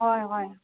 হয় হয়